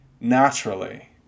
naturally